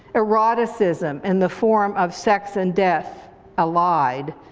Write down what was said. eroticism in the form of sex and death allied,